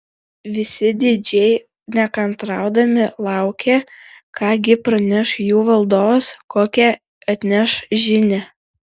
visi didžiai nekantraudami laukė ką gi praneš jų valdovas kokią atneš žinią